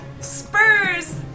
spurs